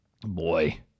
Boy